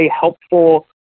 helpful